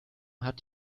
hat